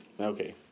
Okay